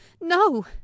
no